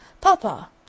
Papa